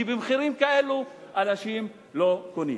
כי במחירים כאלו אנשים לא קונים.